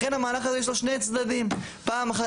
לכן המהלך הזה יש לו שני צדדים: פעם אחת